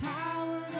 power